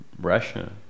Russia